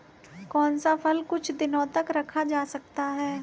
कौन सा फल कुछ दिनों तक रखा जा सकता है?